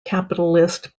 capitalist